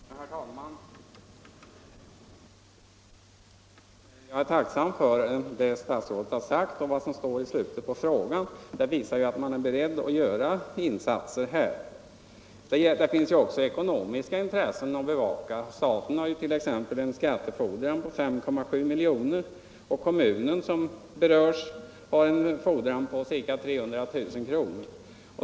Herr talman! Jag är tacksam för det statsrådet har sagt, både nu och i slutet av sitt svar. Det visar att man är beredd att göra insatser. 67 Det finns även ekonomiska intressen att bevaka. Staten har t.ex. en skattefordran på 5,7 milj.kr., och den kommun som berörs har en fordran på ca 300 000 kr.